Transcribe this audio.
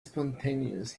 spontaneous